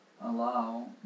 allow